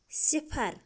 صِفر